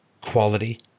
quality